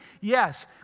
yes